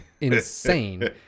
insane